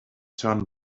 turn